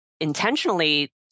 intentionally